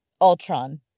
Ultron